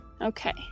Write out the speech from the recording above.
okay